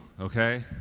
okay